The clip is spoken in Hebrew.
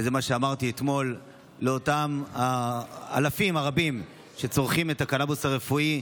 וזה מה שאמרתי אתמול לאותם אלפים רבים שצורכים את הקנביס הרפואי,